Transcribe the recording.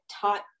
taught